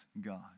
God